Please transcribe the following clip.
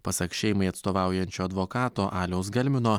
pasak šeimai atstovaujančio advokato aliaus galmino